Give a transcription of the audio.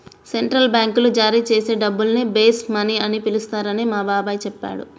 central బ్యాంకులు జారీ చేసే డబ్బుల్ని బేస్ మనీ అని పిలుస్తారని మా బాబాయి చెప్పాడు